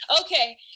okay